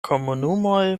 komunumoj